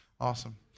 Awesome